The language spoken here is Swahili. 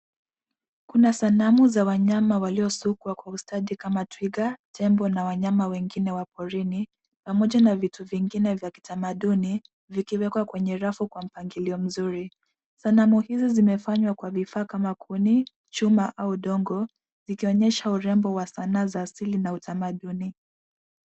Kuna sanamu za wanyama waliosukwa kwa ustadi kama twiga, tembo na wanyama wengine wa porini pamoja na vitu vingine vya kitamaduni vikiwekwa kwenye rafu kwa mpangilio mzuri. Sanamu hizi zimefanywa kwa vifaa kama kuni, chuma au udongo zikionyesha urembo wa sanaa za asili na utamaduni.